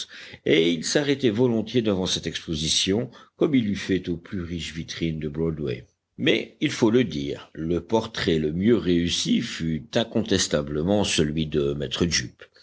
et il s'arrêtait volontiers devant cette exposition comme il eût fait aux plus riches vitrines de broadway mais il faut le dire le portrait le mieux réussi fut incontestablement celui de maître jup